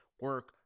Work